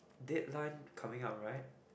deadline coming up right